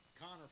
Connor